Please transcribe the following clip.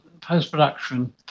post-production